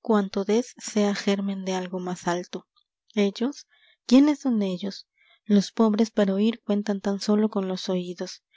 cuanto des sea germen de algo más alto ellos quiénes son ellos los pobres para oír cuentan tan sólo con los oídos